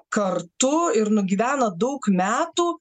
kartu ir nugyvena daug metų